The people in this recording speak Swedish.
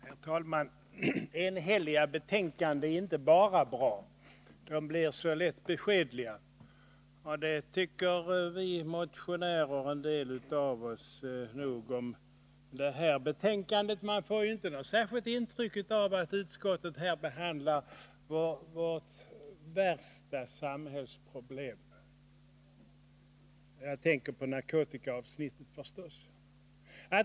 Herr talman! Enhälliga betänkanden är inte bara bra. De blir så lätt beskedliga, och det tycker nog en del av oss motionärer om det här betänkandet. Man får inte något särskilt intryck av att utskottet här behandlar vårt värsta samhällsproblem — jag tänker på narkotikaavsnittet förstås.